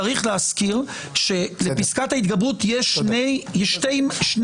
צריך להזכיר שלפסקת ההתגברות יש שני תפקידים.